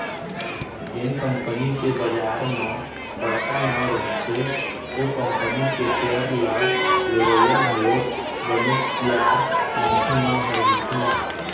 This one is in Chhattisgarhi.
जेन कंपनी के बजार म बड़का नांव रहिथे ओ कंपनी के सेयर ल लेवइया घलोक बनेच तियार मनखे मन ह रहिथे